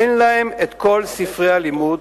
אין להם כל ספרי הלימוד